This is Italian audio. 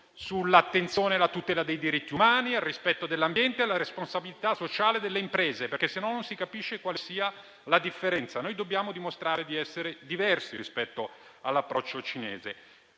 sull'attenzione e sulla tutela dei diritti umani, sul rispetto dell'ambiente e sulla responsabilità sociale delle imprese, altrimenti non si capisce quale sia la differenza. Dobbiamo dimostrare di essere diversi rispetto all'approccio cinese.